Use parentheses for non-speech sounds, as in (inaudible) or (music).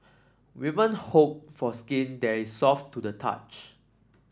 (unintelligible) hope for skin that is soft to the touch